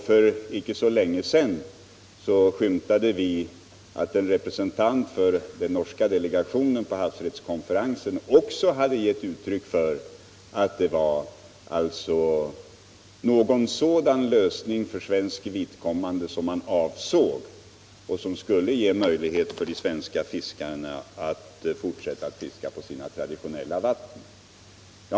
För icke så länge sedan skymtade vi att en representant för den norska delegationen på havsrättskonferensen också hade gett uttryck för att det var en sådan lösning för svenskt vidkommande som man avsåg, en lösning som skulle ge möjlighet för de svenska fiskarna att fortsätta att fiska på sina traditionella vatten.